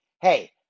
Hey